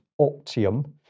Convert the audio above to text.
Optium